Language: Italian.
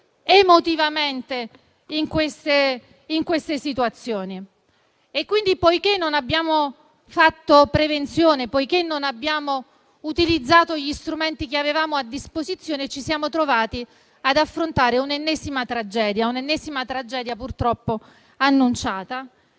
emotivamente, in queste situazioni. Poiché non abbiamo fatto prevenzione e poiché non abbiamo utilizzato gli strumenti che avevamo a disposizione, ci siamo trovati ad affrontare un'ennesima tragedia, purtroppo annunciata.